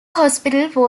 hospital